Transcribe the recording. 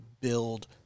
build